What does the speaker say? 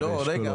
רגע.